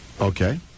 okay